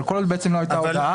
אבל כל עוד בעצם לא הייתה הודעה,